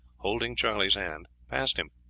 holding charlie's hand, passed him.